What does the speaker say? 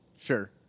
Sure